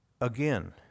Again